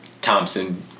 Thompson